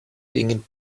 gingen